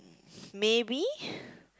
maybe